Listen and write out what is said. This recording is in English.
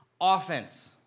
offense